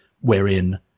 wherein